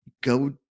go